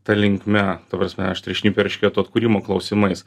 ta linkme ta prasme aštriašnipių eršketų atkūrimo klausimais